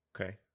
Okay